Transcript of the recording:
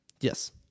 Yes